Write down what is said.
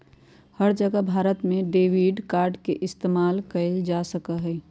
हर जगह भारत में debit card के इस्तेमाल कइल जा सका हई